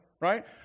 right